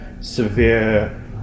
severe